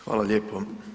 Hvala lijepo.